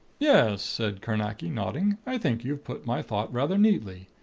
yes, said carnacki, nodding, i think you've put my thought rather neatly.